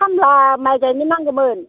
खामला माइ गायनो नांगौमोन